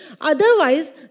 Otherwise